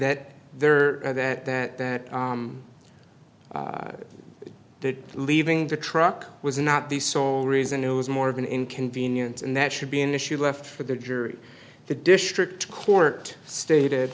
that there are that that that the leaving the truck was not the sole reason it was more of an inconvenience and that should be an issue left for the jury the district court stated